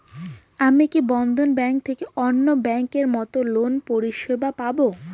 আমি কি বন্ধন ব্যাংক থেকে অন্যান্য ব্যাংক এর মতন লোনের পরিসেবা পাব?